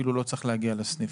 אפילו לא צריך להגיע לסניף,